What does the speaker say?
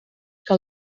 que